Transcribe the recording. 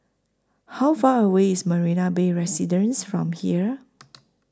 How Far away IS Marina Bay Residences from here